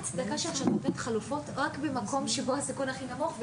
--- לתת חלופות רק במקום שבו הסיכון הכי נמוך.